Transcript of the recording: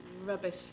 rubbish